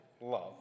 love